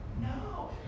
No